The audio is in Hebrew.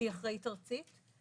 שהיא אחראית ארצית.